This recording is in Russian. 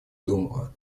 думала